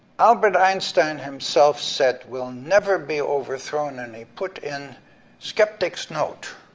albert einstein, himself, said will never be overthrown, and he put in skeptics note,